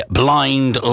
blind